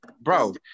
bro